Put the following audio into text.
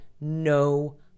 no